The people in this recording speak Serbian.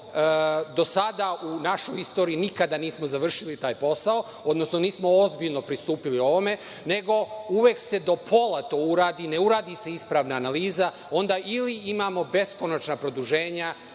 do sada nikada nismo završili taj posao, odnosno nismo ozbiljno pristupili ovome, nego uvek se do pola to uradi, ne uradi se ispravna analiza, onda ili imamo beskonačna produženja,